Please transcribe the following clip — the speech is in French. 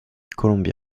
columbia